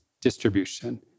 distribution